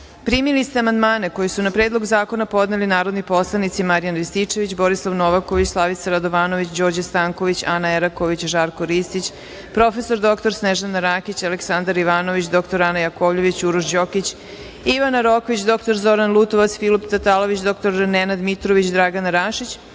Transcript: ste amandmane koje su na predlog zakona podneli narodni poslanici Marijan Rističević, Borislav Novaković, Slavica Radovanović, Đorđe Stanković, Ana Eraković, Žarko Ristić, prof. dr. Snežana Rakić, Aleksandar Ivanović, dr. Ana Jakovljević, Uroš Đokić, Ivana Rokvić, dr. Zoran Lutovac, Filip Tatalović, dr. Nenad Mitrović, Dragana Rašić,